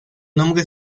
nombre